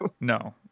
No